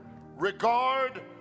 Regard